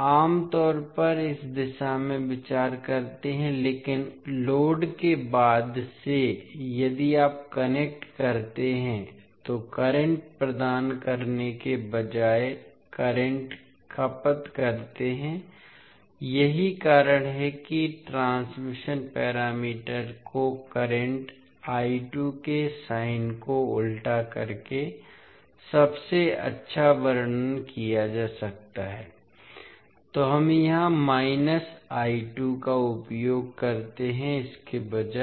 आम तौर पर इस दिशा में विचार करते हैं लेकिन लोड के बाद से यदि आप कनेक्ट करते हैं तो करंट प्रदान करने के बजाय करंट खपत करते हैं यही कारण है कि ट्रांसमिशन पैरामीटर को करंट के साइन को उल्टा करके सबसे अच्छा वर्णन किया जा सकता है तो हम यहां का उपयोग करते हैं इसके बजाय